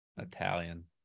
Italian